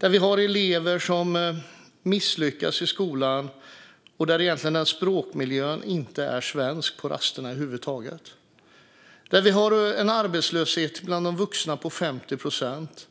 Vi har elever som misslyckas i skolan, och språkmiljön på rasterna är egentligen inte svensk över huvud taget. Vi har en arbetslöshet bland de vuxna på 50 procent.